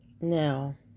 Now